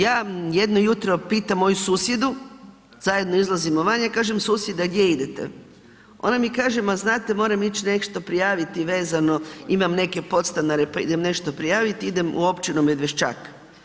Ja jedno jutro pitam moju susjedu, zajedno izlazimo van, ja kažem susjeda, gdje idete, ona mi kaže ma znate moram ić nešto prijaviti vezano, imam neke podstanare pa idem nešto prijaviti, idem u općinu Medvešćak.